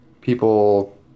people